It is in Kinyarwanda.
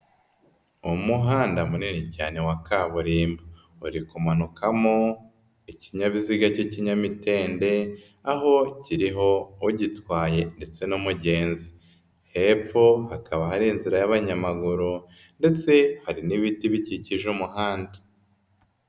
Umuhanda munini cyane wa kaburimbo, uri kumanukamo ikinyabiziga cy'ikinyamitende aho kiriho ugitwaye ndetse n'umugenzi, hepfo hakaba hari inzira y'abanyamaguru ndetse hari n'ibiti bikikije umuhanda.